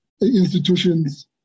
institutions